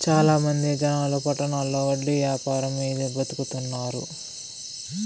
చాలా మంది జనాలు పట్టణాల్లో వడ్డీ యాపారం మీదే బతుకుతున్నారు